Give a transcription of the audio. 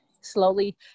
slowly